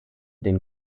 den